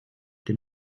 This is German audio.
dem